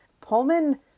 Pullman